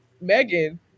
Megan